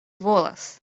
volas